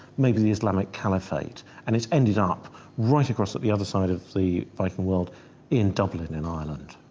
maybe the islamic caliphate and it ended up right across at the other side of the viking world in dublin, in ireland.